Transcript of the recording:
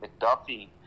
McDuffie